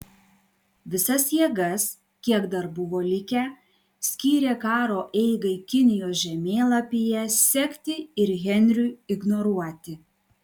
visas jėgas kiek dar buvo likę skyrė karo eigai kinijos žemėlapyje sekti ir henriui ignoruoti